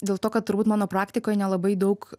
dėl to kad turbūt mano praktikoj nelabai daug